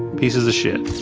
pieces of shit